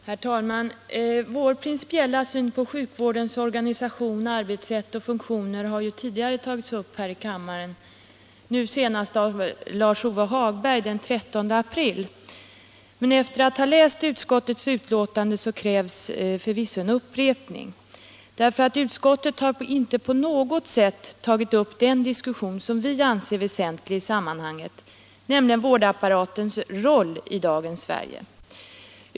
Herr talman! Vår principiella syn på sjukvårdens organisation, arbetssätt och funktioner har tagits upp tidigare i kammaren — senast av Lars Ove Hagberg den 13 april — men efter att ha läst utskottets betänkande finner jag att det förvisso krävs en upprepning. Utskottet har inte på något sätt tagit upp den fråga vi anser väsentlig i sammanhanget, nämligen vårdapparatens roll i dagens Sverige.